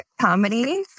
comedy